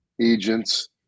agents